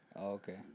Okay